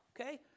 Okay